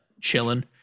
chilling